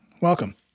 welcome